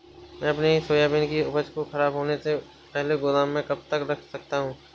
मैं अपनी सोयाबीन की उपज को ख़राब होने से पहले गोदाम में कब तक रख सकता हूँ?